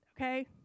Okay